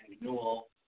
renewal